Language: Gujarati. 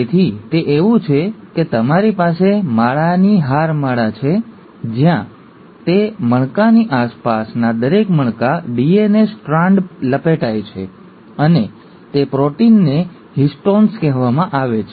તેથી તે એવું છે કે તમારી પાસે માળાની હારમાળા છે જ્યાં તે મણકાની આસપાસના દરેક મણકા ડીએનએ સ્ટ્રાન્ડ લપેટાય છે અને તે પ્રોટીનને હિસ્ટોન્સ કહેવામાં આવે છે